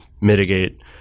mitigate